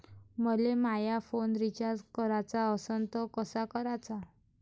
मले माया phone recharge कराचा असन तर कसा कराचा?